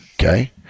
Okay